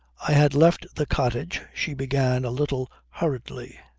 i had left the cottage, she began a little hurriedly.